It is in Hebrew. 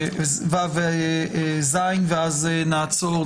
220ו ו-220ז ואז נעצור,